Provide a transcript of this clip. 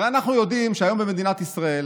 הרי אנחנו יודעים שהיום במדינת ישראל